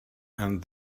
and